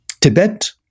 Tibet